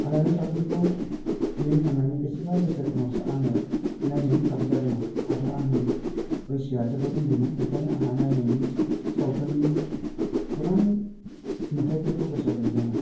आलायार'न सावथुनखौ दिहुनखांनायनि बेसेबा बोसोर उनावसो आङो नायनायनि खाबु जादोंमोन अब्ला आंनि बैसोआ जोबोर उन्दैमोन बेखायनो आंहा नायनायनि सावथुननि गोबां नुथायफोरखौ गोसोआव गैलियामोन